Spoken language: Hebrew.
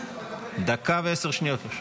--- דקה ועשר שניות.